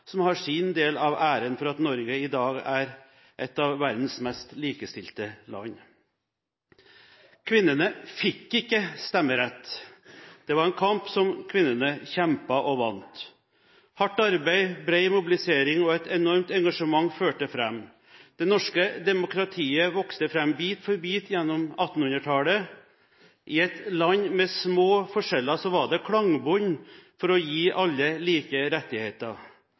som har sin del av æren for at Norge i dag er et av verdens mest likestilte land. Kvinnene fikk ikke stemmerett – det var en kamp som kvinnene kjempet og vant. Hardt arbeid, bred mobilisering og et enormt engasjement førte fram. Det norske demokratiet vokste fram bit for bit gjennom 1800-tallet. I et land med små forskjeller var det klangbunn for å gi alle like rettigheter.